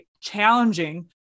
challenging